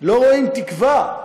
לא רואים תקווה,